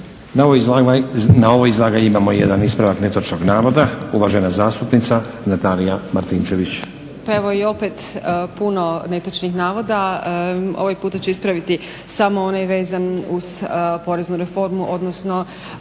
Na ovo izlaganje imamo jedan ispravak netočnog navoda, uvažena zastupnica Natalija Martinčević. **Martinčević, Natalija (HNS)** Pa evo i opet puno netočnih navoda, ovaj puta ću ispraviti samo onaj vezan uz poreznu reformu, odnosno